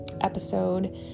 episode